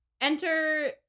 enter